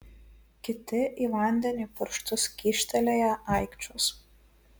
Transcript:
kiti į vandenį pirštus kyštelėję aikčios